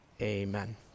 amen